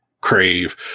crave